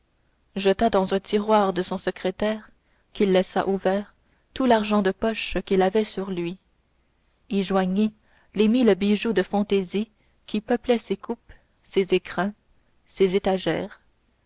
jeta dans un tiroir de son secrétaire qu'il laissa ouvert tout l'argent de poche qu'il avait sur lui y joignit les mille bijoux de fantaisie qui peuplaient ses coupes ses écrins ses étagères